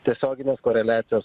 tiesioginės koreliacijos